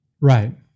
Right